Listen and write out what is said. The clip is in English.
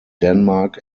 denmark